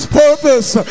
purpose